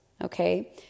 okay